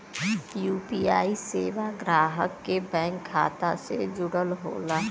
UPI सेवा ग्राहक के बैंक खाता से जुड़ल होला